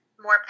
more